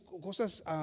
cosas